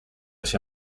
się